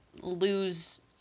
lose